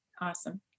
Awesome